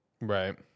Right